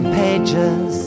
pages